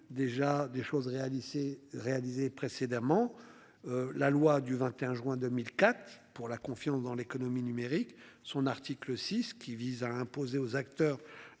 déjà des choses réalisées réalisés précédemment. La loi du 21 juin 2004 pour la confiance dans l'économie numérique. Son article 6, qui vise à imposer aux acteurs.